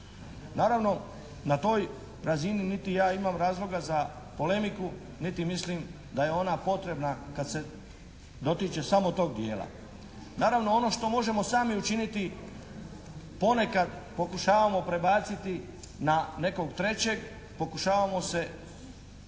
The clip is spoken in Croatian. Naravno, na toj razini niti ja imam razloga za polemiku niti mislim da je ona potrebna kad se dotiče samo tog dijela. Naravno, ono što možemo sami učiniti ponekad pokušavamo prebaciti na nekog trećeg, pokušavamo se